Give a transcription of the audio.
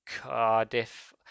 Cardiff